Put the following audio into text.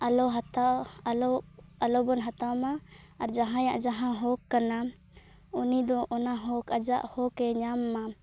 ᱟᱞᱚ ᱦᱟᱛᱟᱣ ᱟᱞᱚ ᱟᱞᱚᱵᱚᱱ ᱦᱟᱛᱟᱣᱢᱟ ᱟᱨ ᱡᱟᱦᱟᱸᱭᱟᱜ ᱡᱟᱦᱟᱸ ᱦᱚᱠ ᱠᱟᱱᱟ ᱩᱱᱤ ᱫᱚ ᱚᱱᱟ ᱦᱚᱠ ᱟᱡᱟᱜ ᱦᱚᱠᱮ ᱧᱟᱢ ᱢᱟ